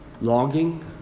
Longing